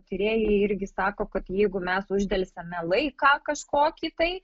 tyrėjai irgi sako kad jeigu mes uždelsiame laiką kažkokį tai